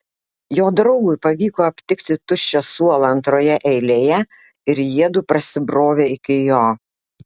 jo draugui pavyko aptikti tuščią suolą antroje eilėje ir jiedu prasibrovė iki jo